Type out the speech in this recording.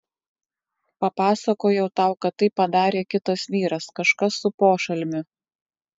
papasakojau tau kad tai padarė kitas vyras kažkas su pošalmiu